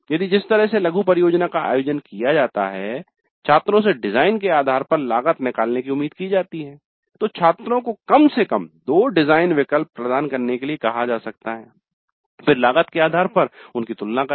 यदि जिस तरह से लघु परियोजना का आयोजन किया जाता है छात्रों से डिजाइन के आधार पर लागत निकालने की उम्मीद की जाती है तो छात्रों को कम से कम दो डिजाइन विकल्प प्रदान करने के लिए कहा जा सकता है फिर लागत के आधार पर उनकी तुलना करें